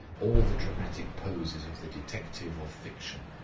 all the dramatic poses of the detective of fiction.